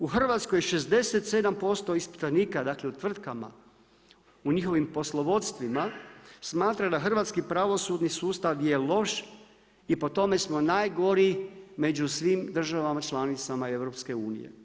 U Hrvatskoj 67% ispitanika, dakle u tvrtkama, u njihovim poslovodstvima smatra da hrvatski pravosudni sustav je loš i po tome smo najgori među svim državama članicama EU.